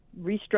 restructure